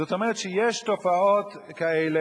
זאת אומרת, יש תופעות כאלה.